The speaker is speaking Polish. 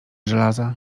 żelaza